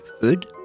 food